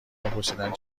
میپرسیدند